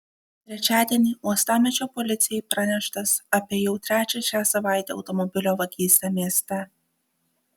trečiadienį uostamiesčio policijai praneštas apie jau trečią šią savaitę automobilio vagystę mieste